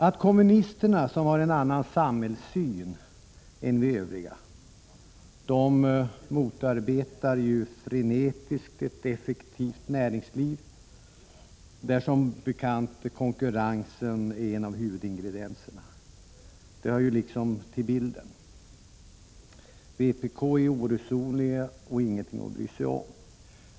Att kommunisterna, som har en annan samhällssyn än vi övriga — de motarbetar ju frenetiskt ett effektivt näringsliv, där som bekant konkurrensen är en av huvudingredienserna —, hör ju liksom till bilden. Vpk-ledamöterna är oresonabla och inget att bry sig om.